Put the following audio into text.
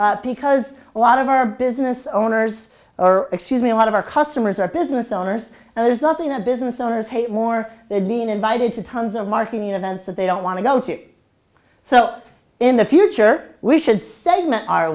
ask because a lot of our business owners or excuse me a lot of our customers are business owners and there's nothing a business owners hate more than being invited to tons of marketing events that they don't want to go to so in the future we should segment our